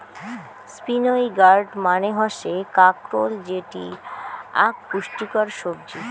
spiny gourd মানে হসে কাঁকরোল যেটি আক পুষ্টিকর সবজি